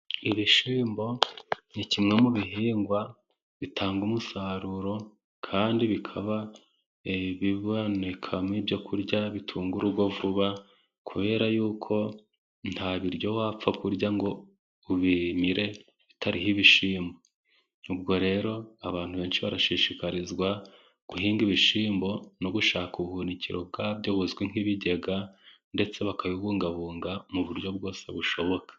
iIishimbo ni kimwe mu bihingwa bitanga umusaruro kandi bikaba bibonekamo ibyo kurya bitunga urugo vuba kubera ko nta biryo wapfa kurya ngo ubimire bitariho ibishimbo. Ubwo rero abantu benshi barashishikarizwa guhinga ibishimbo no gushaka ubuhunikiro bwabyo buzwi nk'ibigega ndetse bakabibungabunga mu buryo bwose bushoboka.